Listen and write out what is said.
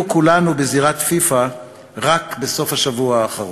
כולנו בזירת פיפ"א רק בסוף השבוע האחרון,